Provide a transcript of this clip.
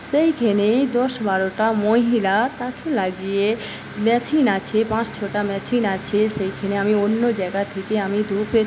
সেইখানেই দশ বারোটা মহিলা তাকে লাগিয়ে মেশিন আছে পাঁচ ছটা মেশিন আছে সেইখানে আমি অন্য জায়গা থেকে আমি ধূপের